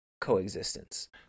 coexistence